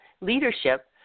leadership